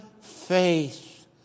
faith